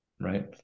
right